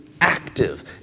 active